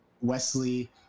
Wesley